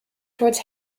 towards